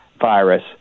virus